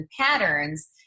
patterns